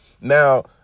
Now